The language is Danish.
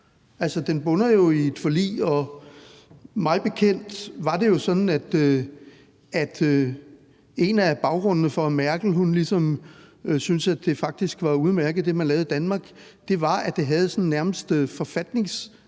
Altså, den bunder jo i et forlig, og mig bekendt var det sådan, at en af baggrundene for, at Merkel syntes, at det, man lavede i Danmark, faktisk var udmærket, var, at det havde sådan nærmest forfatningsmæssig